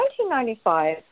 1995